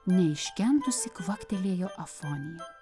neiškentusi kvaktelėjo afonija